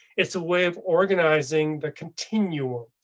it's a way of organizing the continuum.